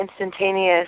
instantaneous